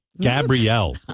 Gabrielle